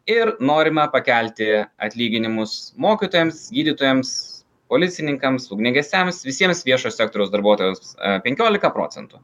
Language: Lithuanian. ir norime pakelti atlyginimus mokytojams gydytojams policininkams ugniagesiams visiems viešo sektoriaus darbuotojams penkiolika procentų